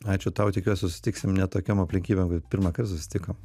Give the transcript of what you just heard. ačiū tau tikiuosi susitiksim ne tokiom aplinkybėm kaip pirmąkart susitikom